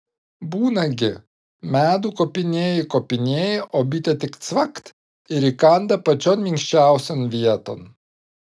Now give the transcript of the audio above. būna gi medų kopinėji kopinėji o bitė tik cvakt ir įkanda pačion minkščiausion vieton